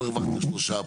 פה הרווחת שלושה,